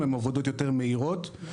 הן עבודות יותר מהירות.